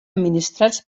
administrats